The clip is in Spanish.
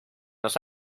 los